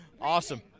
Awesome